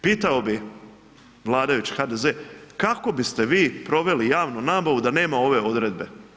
Pitao vladajući HDZ kako biste vi proveli javnu nabavu da nema ove odredbe?